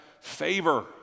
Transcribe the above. favor